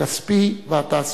הכספי והתעסוקתי.